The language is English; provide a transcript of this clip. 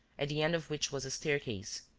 at the end of which was a staircase.